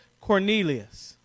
Cornelius